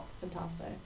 fantastic